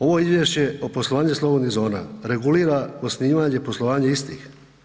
Ovo Izvješće o poslovanju slobodnih zona regulira osnivanje poslovanja istih.